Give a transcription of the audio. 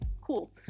cool